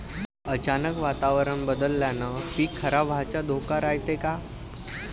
अचानक वातावरण बदलल्यानं पीक खराब व्हाचा धोका रायते का?